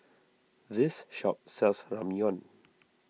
this shop sells Ramyeon